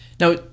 Now